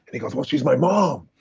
and he goes, well, she's my mom.